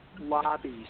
lobbies